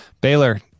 Baylor